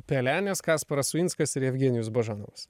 pelenės kasparas uinskas ir jevgenijus božanovas